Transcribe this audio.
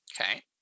Okay